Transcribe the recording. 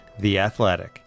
theathletic